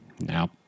now